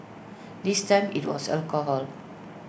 this time IT was alcohol